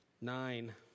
Nine